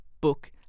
book